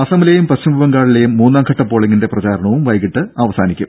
അസമിലെയും പശ്ചിമബംഗാളിലെയും മൂന്നാംഘട്ട പോളിങ്ങിന്റെ പ്രചാരണവും വൈകിട്ട് അവസാനിക്കും